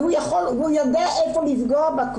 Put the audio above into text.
הוא יודע איפה לפגוע בה.